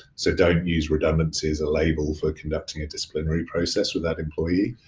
so don't use redundancy as a label for conducting a disciplinary process with that employee.